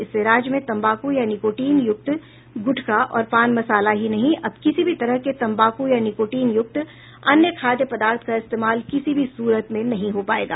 इससे राज्य में तंबाकू या निकोटीन युक्त गुटखा और पान मसाला ही नहीं अब किसी भी तरह के तंबाकू या निकोटीन युक्त अन्य खाद्य पदार्थ का इस्तेमाल किसी भी सूरत में नहीं हो पाएगा